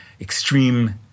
extreme